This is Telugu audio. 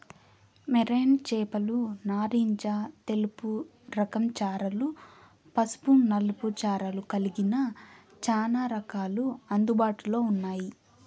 మెరైన్ చేపలు నారింజ తెలుపు రకం చారలు, పసుపు నలుపు చారలు కలిగిన చానా రకాలు అందుబాటులో ఉన్నాయి